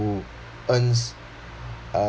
who earns uh